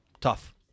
Tough